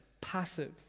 passive